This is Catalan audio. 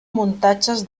muntatges